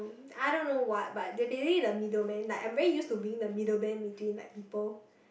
I don't know what what basically the middleman like I'm very used to being the middleman between like people